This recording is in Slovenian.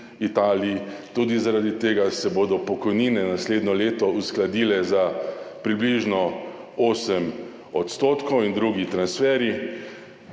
Italiji. Tudi zaradi tega se bodo pokojnine naslednje leto uskladile za približno 8 % in drugi transferji,